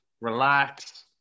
relax